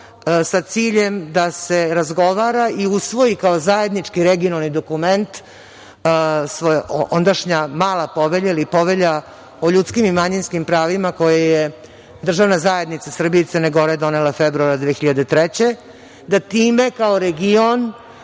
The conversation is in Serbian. sa ciljem da se razgovara i usvoji kao zajednički regionalni dokument ondašnja Mala povelja ili Povelja o ljudskim i manjinskim pravima koju je državna zajednica Srbija i Crna Gora donela februara 2003. godine da time kao region